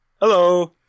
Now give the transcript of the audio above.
Hello